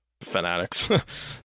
fanatics